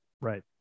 Right